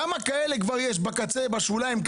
כמה כאלה כבר יש, בקצה, בשוליים?